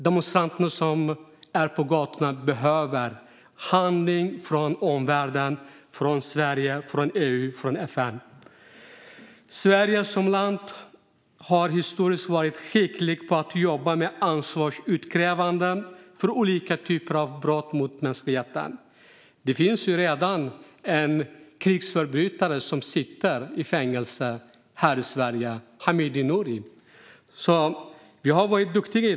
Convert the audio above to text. Demonstranterna på gatorna behöver handling från omvärlden - från Sverige, från EU, från FN. Sverige som land har historiskt sett varit skickligt på att jobba med ansvarsutkrävande för olika brott mot mänskligheten. Det finns ju redan en krigsförbrytare som sitter i fängelse här i Sverige, Hamid Noury, så vi har varit duktiga.